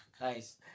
Nice